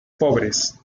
pobres